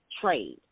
trade